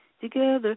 Together